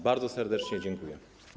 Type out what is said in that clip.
Bardzo serdecznie dziękuję.